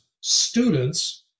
students